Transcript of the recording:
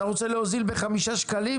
אתה רוצה להוזיל בחמישה שקלים?